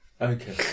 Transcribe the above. Okay